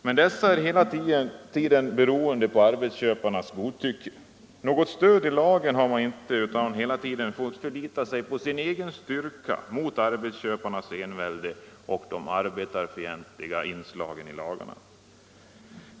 Men detta är hela tiden beroende av arbetsköparens godtycke. Något stöd i lagen har man inte, utan man får hela tiden förlita sig på sin egen styrka mot arbetsköparnas envälde och de arbetarfientliga inslagen i lagarna.